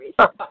reason